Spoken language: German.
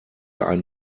einen